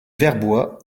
vertbois